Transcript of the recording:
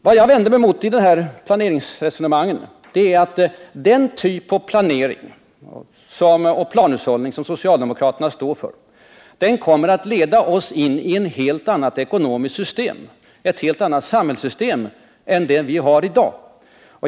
Vad jag vänder mig emot i de här planeringsresonemangen är att den typ av planering och planhushållning som socialdemokraterna står för kommer att leda oss in i ett helt annat ekonomiskt system, ett helt annat samhällssystem, än det vi har i dag.